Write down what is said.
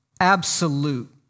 Absolute